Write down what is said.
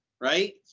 Right